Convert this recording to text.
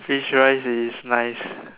fish rice is nice